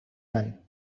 done